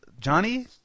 Johnny